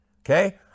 Okay